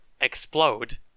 explode